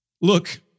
Look